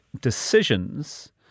decisions